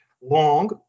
long